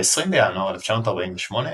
ב-20 בינואר 1948,